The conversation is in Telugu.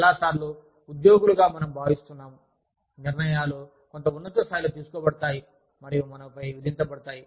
చాలా సార్లు ఉద్యోగులుగా మనం భావిస్తున్నాము నిర్ణయాలు కొంత ఉన్నత స్థాయిలో తీసుకోబడతాయి మరియు మనపై విధించబడతాయి